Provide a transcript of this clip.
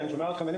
אני שומע אתכם.